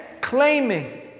claiming